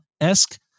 esque